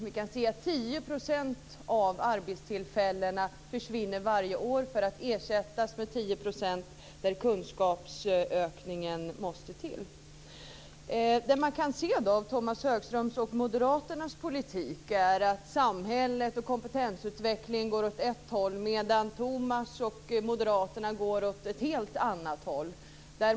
Vi kan se att 10 % av arbetstillfällena försvinner varje år för att ersättas med 10 % där kunskapsökning måste till. Det man kan se av Tomas Högströms och moderaternas politik är att samhälle och kompetensutveckling går åt ett håll medan Tomas Högström och moderaterna går åt ett helt annat håll.